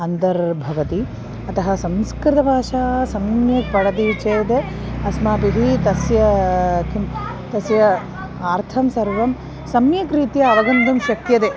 अन्तर्भवति अतः संस्कृतभाषा सम्यक् पठति चेत् अस्माभिः तस्य किं तस्य अर्थं सर्वं सम्यक् रीत्या अवगन्तुं शक्यते